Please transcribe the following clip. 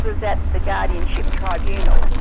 but was at the guardianship tribunal.